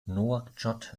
nouakchott